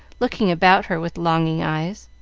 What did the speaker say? looking about her with longing eyes.